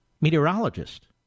meteorologist